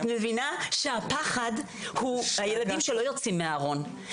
את מבינה שהפחד הוא הילדים שלא יוצאים מהארון,